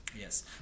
yes